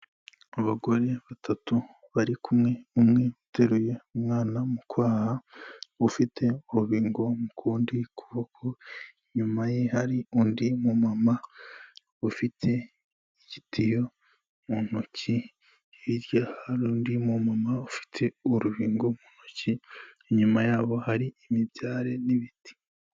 Abagore batatu bari kumwe umwe uteruye umwana mu kwaha ufite urubingo mu kundi kuboko inyuma ye hari undi mu mama ufite igitiyo mu ntoki, hirya hari undi mama ufite urubingo mu ntoki inyuma ya hari imibyare n'ibiti.